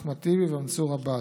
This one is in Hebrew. אחמד טיבי ומנסור עבאס,